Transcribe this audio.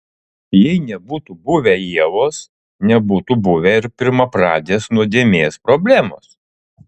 jei nebūtų buvę ievos nebūtų buvę ir pirmapradės nuodėmės problemos